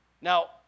now